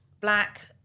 black